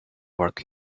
worth